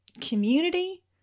community